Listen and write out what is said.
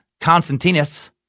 Constantinus